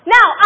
Now